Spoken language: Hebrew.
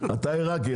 אתה עירקי,